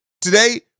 Today